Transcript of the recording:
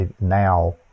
now